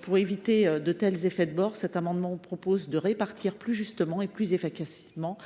Pour éviter de tels effets de bord, cet amendement vise à répartir plus justement et plus efficacement